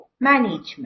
Management